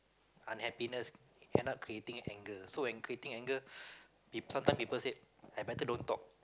unhappiness cannot creating anger so when creating anger people sometimes people say I better don't talk